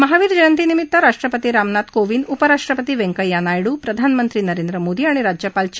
महावीर जयंतीनिमित्त राष्ट्रपती रामनाथ कोविंद उपराष्ट्रपती वेंकय्या नायडू प्रधानमंत्री नरेंद्र मोदी आणि राज्यपाल चे